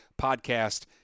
podcast